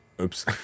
Oops